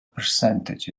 percentage